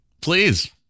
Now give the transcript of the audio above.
Please